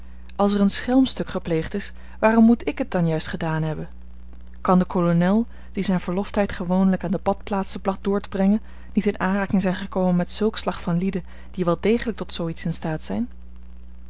als er een schelmstuk gepleegd is waarom moet ik het dan juist gedaan hebben kan de kolonel die zijn verloftijd gewoonlijk aan de badplaatsen placht door te brengen niet in aanraking zijn gekomen met zulk slag van lieden die wel degelijk tot zoo iets in staat zijn